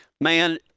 Man